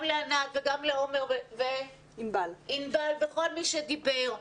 גם לענת וגם לעומר וענבל ולכל מי שדיבר,